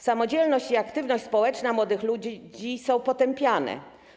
Samodzielność i aktywność społeczna młodych ludzi są potępiane.